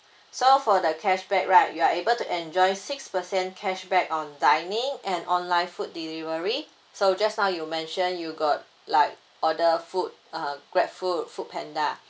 so for the cashback right you are able to enjoy six percent cashback on dining and online food delivery so just now you mention you got like order food uh GrabFood FoodPanda